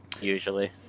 usually